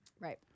Right